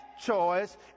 choice